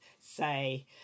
say